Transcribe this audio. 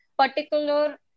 particular